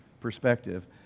perspective